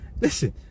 Listen